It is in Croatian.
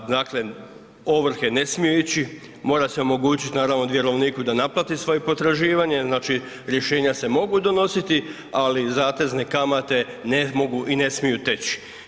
Dakle, ovrhe ne smiju ići, mora se omogućiti naravno, vjerovniku da naplati svoje potraživanje, znači rješenja se mogu donositi, ali zatezne kamate ne mogu i ne smiju teći.